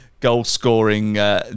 goal-scoring